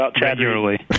regularly